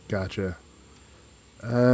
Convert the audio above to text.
Gotcha